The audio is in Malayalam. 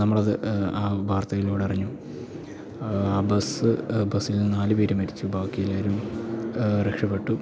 നമ്മളത് ആ വാർത്തയിലൂടെ അറിഞ്ഞു ആ ബസ്സ് ബസ്സിൽനിന്ന് നാല് പേര് മരിച്ചു ബാക്കിയെല്ലാവരും രക്ഷപ്പെട്ടു